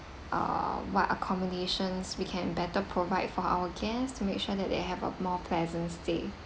uh what accommodations we can better provide for our guests to make sure that they have a more pleasant stay